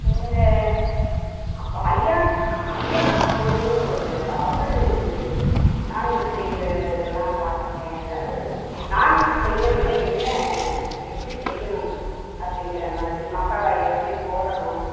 வேற அப்போ ஐயாஸ் ஐயா சமையல்னு ஒரு அவரு நாண்வெஜ் செய்கிற இதெல்லாம் பார்த்துருக்கேன் ஏதாவது நாண்வெஜ் செய்கிறதுல என்ன எப்படி செய்யணும் அப்படிங்கிற மாதிரி மசாலா எப்படி போடணும்